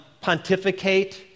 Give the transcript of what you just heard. pontificate